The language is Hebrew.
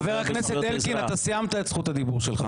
חבר הכנסת אלקין, אתה סיימת את זכות הדיבור שלך.